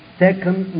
second